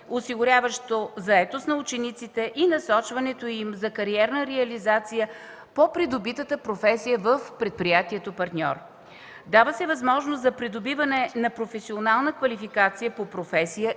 осигуряващо заетост на учениците и насочването им за кариерна реализация по придобитата професия в предприятието-партньор. Дава се възможност за придобиване на професионална квалификация по професия